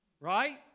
Right